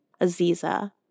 Aziza